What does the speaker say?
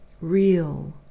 real